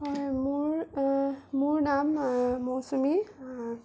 হয় মোৰ নাম মৌচুমী